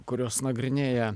kurios nagrinėja